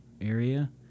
area